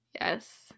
Yes